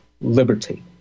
liberty